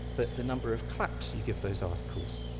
but the number of claps you give those articles.